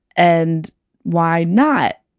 and why not?